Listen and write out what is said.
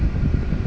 mm